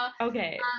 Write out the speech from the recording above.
Okay